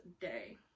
day